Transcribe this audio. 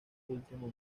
último